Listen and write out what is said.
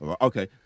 Okay